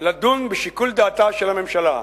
לדון בשיקול דעתה של הממשלה.